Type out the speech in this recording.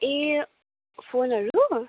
ए फोनहरू